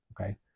Okay